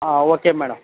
um okay madam